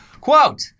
Quote